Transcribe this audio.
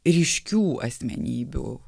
ryškių asmenybių